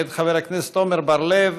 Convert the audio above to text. מאת חבר הכנסת עמר בר-לב.